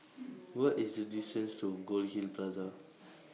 What IS The distance to Goldhill Plaza